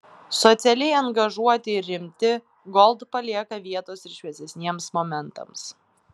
socialiai angažuoti ir rimti gold palieka vietos ir šviesesniems momentams